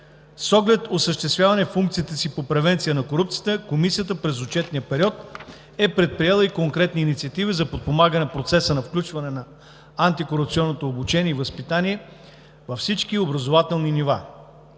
С оглед осъществяване функциите си по превенция на корупцията Комисията през отчетния период е предприела конкретни инициативи за подпомагане процеса на включване на антикорупционното обучение и възпитание на всички образователни нива.